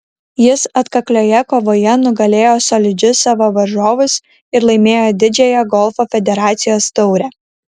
jis atkaklioje kovoje nugalėjo solidžius savo varžovus ir laimėjo didžiąją golfo federacijos taurę